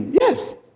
Yes